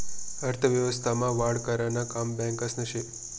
अर्थव्यवस्था मा वाढ करानं काम बॅकासनं से